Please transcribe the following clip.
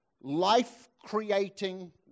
Life-creating